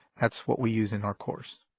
that's what we use in our course,